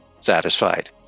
satisfied